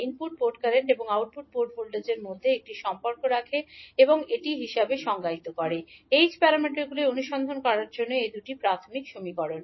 input port current এবং output port ভোল্টেজের মধ্যে একটি সম্পর্ক রাখে এবং এটি হিসাবে সংজ্ঞায়িত হবে 𝐈2 𝐡21𝐈1 𝐡22𝐕2 h প্যারামিটারগুলি অনুসন্ধান করার জন্য এ দুটি প্রাথমিক সমীকরণ